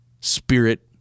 spirit